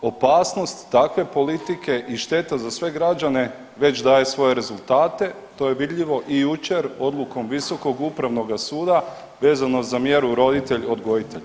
opasnost takve politike i šteta za sve građane već daje svoje rezultate, to je vidljivo i jučer odlukom visokog upravnoga suda vezano za mjeru roditelj odgojitelj.